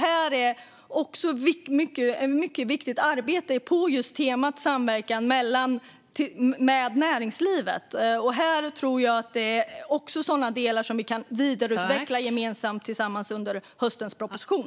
Här är samverkan med näringslivet mycket viktig, och detta är något jag tror att vi kan vidareutveckla gemensamt i höstens proposition.